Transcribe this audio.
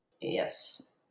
Yes